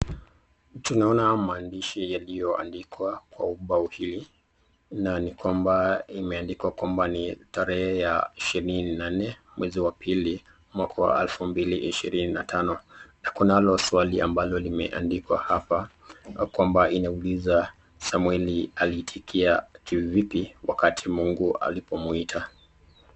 Tunaona mandishi iliyoandikwa kwa ubao hili na ni kwamba imeandikwa ni tarehe ya ishirini na nne mwezi wa pili mwaka wa pili ishirini na tano na kunalo swali ambalo limeandikwa hapa ya kwamba inauliza samueli aliitikia kivipi wakati Mungu alipomwita.